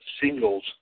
singles